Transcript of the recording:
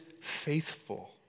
faithful